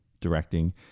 directing